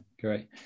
great